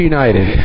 United